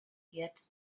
gerd